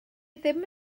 ddim